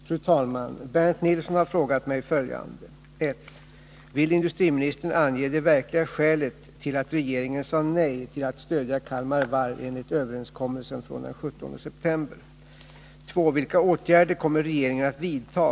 Fru talman! Bernt Nilsson har frågat mig följande: 1. Vill industriministern ange det verkliga skälet till att regeringen sade nej till att stödja Kalmar Varv enligt överenskommelsen från den 17 september? 3.